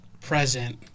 Present